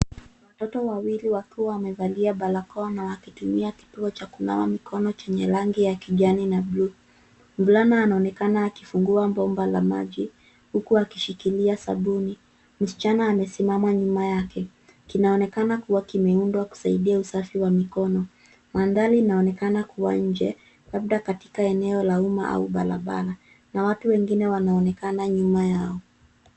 Watoto wawili wakiwa wamevalia barakoa na wakitumia kituo cha kunawa mikono chenye rangi ya kijani na buluu. Mvulana anaonekana akifungua bomba la maji huku akishikilia sabuni. Msichana amesimama nyuma yake. Kinaonekana kuwa kimeundwa kusaidia usafi wa mikono. Mandhari inaonekana kuwa nje labda katika eneo la umma au barabara, na watu wengine wanaonekana nyuma yao.